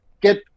Get